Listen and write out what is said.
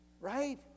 right